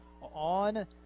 on